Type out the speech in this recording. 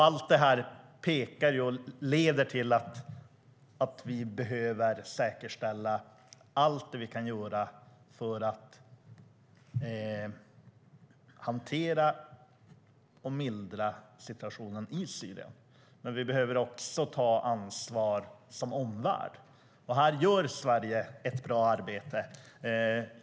Allt detta leder till slutsatsen att vi behöver göra allt vi kan för att hantera situationen och mildra lidandet i Syrien. Men vi behöver också ta ansvar som omvärld. Här gör Sverige ett bra arbete.